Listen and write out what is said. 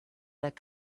that